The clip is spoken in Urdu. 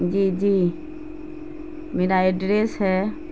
جی جی میرا ایڈریس ہے